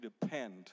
depend